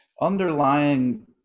Underlying